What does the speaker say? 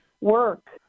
work